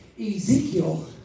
Ezekiel